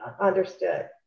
understood